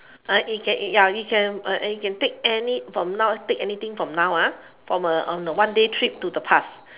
uh it can eh ya you can uh you can take any from now take anything from now ah from uh on the one day trip to the past